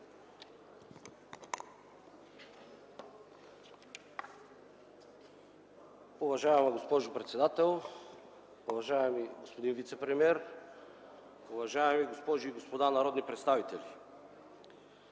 Уважаема госпожо председател, уважаеми господин вицепремиер, уважаеми госпожи и господа народни представители!